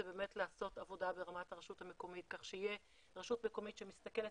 זה באמת לעשות עבודה ברמת הרשות המקומית כך שתהיה רשות מקומית שמסתכלת